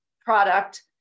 product